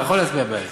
אתה יכול להצביע בעד.